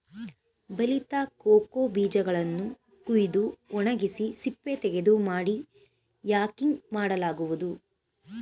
ಬಲಿತ ಕೋಕೋ ಬೀಜಗಳನ್ನು ಕುಯ್ದು ಒಣಗಿಸಿ ಸಿಪ್ಪೆತೆಗೆದು ಮಾಡಿ ಯಾಕಿಂಗ್ ಮಾಡಲಾಗುವುದು